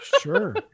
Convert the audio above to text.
Sure